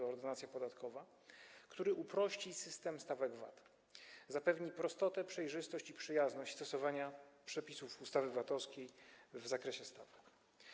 Ordynacja podatkowa, który uprości system stawek VAT, zapewni prostotę, przejrzystość i przyjazne stosowanie przepisów ustawy VAT-owskiej w zakresie stawek.